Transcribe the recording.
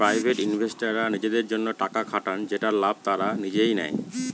private ইনভেস্টররা নিজেদের জন্য টাকা খাটান যেটার লাভ তারা নিজেই নেয়